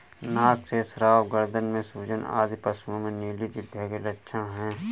नाक से स्राव, गर्दन में सूजन आदि पशुओं में नीली जिह्वा के लक्षण हैं